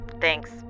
Thanks